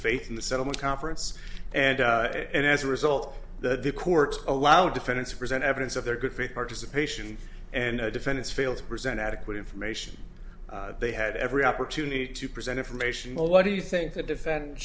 faith in the settlement conference and and as a result the courts allow defendants present evidence of their good faith participation and defendants failed to present adequate information they had every opportunity to present information well what do you think the defendant